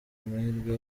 amahirwe